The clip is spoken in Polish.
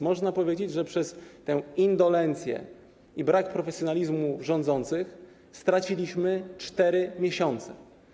Można powiedzieć, że przez tę indolencję i brak profesjonalizmu rządzących straciliśmy 4 miesiące.